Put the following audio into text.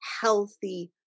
healthy